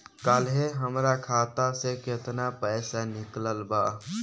काल्हे हमार खाता से केतना पैसा निकलल बा?